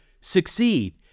succeed